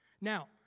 Now